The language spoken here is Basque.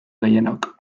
gehienok